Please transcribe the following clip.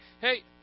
Hey